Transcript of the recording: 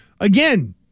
Again